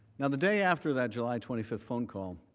now, the day after that july twenty five phone call,